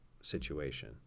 situation